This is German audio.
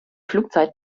flugzeit